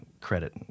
credit